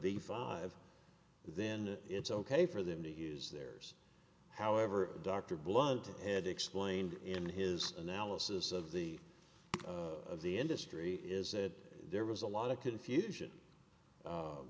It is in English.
the five then it's ok for them to use theirs however dr blood had explained in his analysis of the of the industry is that there was a lot of confusion